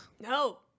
No